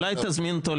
אולי תזמין אותו?